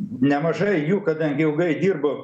nemažai jų kadangi ilgai dirbo